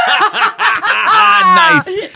Nice